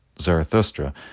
Zarathustra